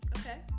Okay